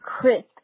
crisp